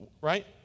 right